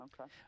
Okay